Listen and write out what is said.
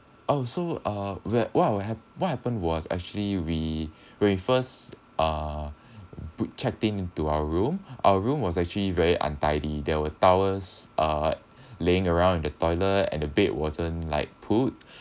oh so uh where what will ha~ what happened was actually we when we first uh put check in into our room our room was actually very untidy there were towers uh laying around at the toilet and the bed wasn't like put